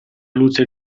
luce